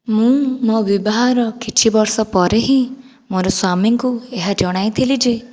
ମୁଁ ମୋ ବିବାହର କିଛି ବର୍ଷପରେ ହିଁ ମୋର ସ୍ୱାମୀଙ୍କୁ ଏହା ଜଣାଇଥିଲି ଯେ